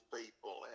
people